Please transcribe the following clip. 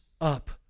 up